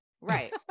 Right